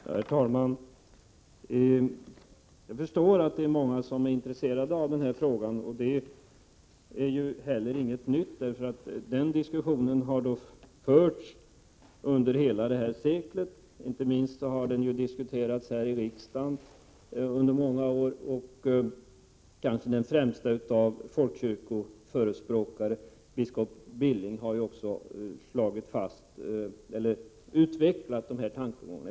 Herr talman! Jag förstår att det är många som är intresserade av den här — 7 april 1988 frågan. Den är inte heller ny, utan diskussionen har förts under hela seklet — inte minst här i riksdagen i många år. Den kanske främste av folkkyrkoförespråkare, biskop Billing, har också utvecklat dessa tankegångar.